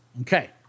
Okay